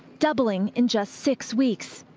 doubling in just six weeks.